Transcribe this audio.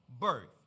birth